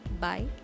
bye